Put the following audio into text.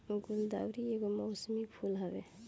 गुलदाउदी एगो मौसमी फूल हवे